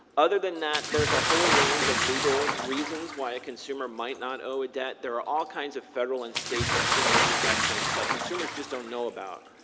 other than that, there's a whole range of legal reasons why a consumer might not owe a debt. there are all kinds of federal and state consumer protections that consumers just don't know about.